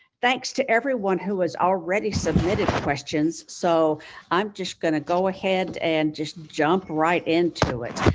thanks to everyone who has already submitted questions. so i'm just going to go ahead and just jump right into it.